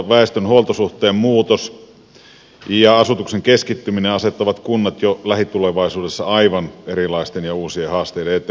väestön huoltosuhteen muutos ja asutuksen keskittyminen asettavat kunnat jo lähitulevaisuudessa aivan erilaisten ja uusien haasteiden eteen